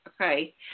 okay